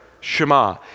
Shema